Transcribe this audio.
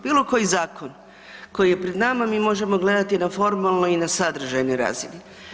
Bilo koji zakon koji je pred nama mi možemo gledati na formalno i sadržanoj razini.